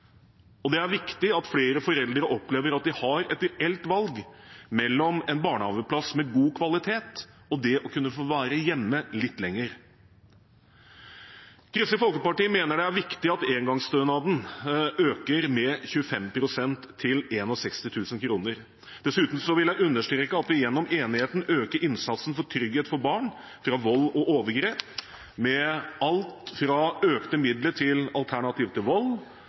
og det er viktig at flere foreldre opplever at de har et reelt valg mellom en barnehageplass med god kvalitet og å kunne få være hjemme litt lenger. Kristelig Folkeparti mener det er viktig at engangsstønaden øker med 25 pst. til 61 000 kr. Dessuten vil jeg understreke at vi gjennom enigheten øker innsatsen for trygghet for barn fra vold og overgrep, med alt fra økte midler til Alternativ til Vold